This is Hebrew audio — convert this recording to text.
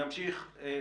נמשיך הלאה.